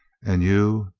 and you,